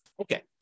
okay